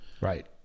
Right